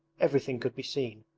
everything could be seen.